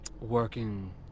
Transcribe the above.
working